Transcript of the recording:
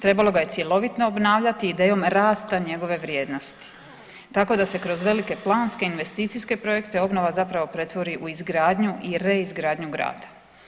Trebalo ga je cjelovito obnavljati idejom rasta njegove vrijednosti tako da se kroz velike planske investicijske projekte obnova zapravo pretvori u izgradnju i reizgradnju grada.